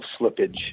slippage